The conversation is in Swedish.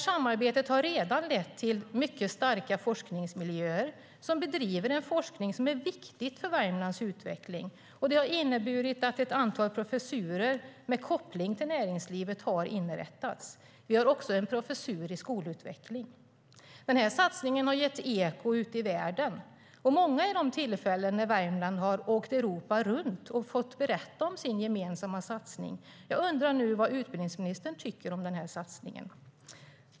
Samarbetet har redan lett till starka forskningsmiljöer som bedriver forskning som är viktig för Värmlands utveckling. Det har också inneburit att ett antal professurer med koppling till näringslivet har inrättats. Vi har också en professur i skolutveckling. Den här satsningen har gett eko ute i världen, och många är de tillfällen när Värmland har åkt Europa runt och fått berätta om sin gemensamma satsning. Vad tycker utbildningsministern om denna satsning?